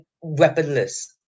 weaponless